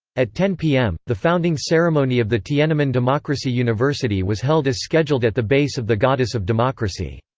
at ten pm, the founding ceremony of the tiananmen democracy university was held as scheduled at the base of the goddess of democracy.